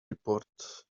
report